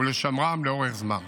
ולשמרם לאורך זמן.